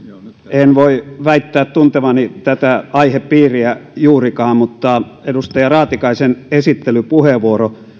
en voi väittää tuntevani tätä aihepiiriä juurikaan mutta edustaja raatikaisen esittelypuheenvuoro